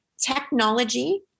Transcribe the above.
Technology